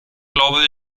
glaube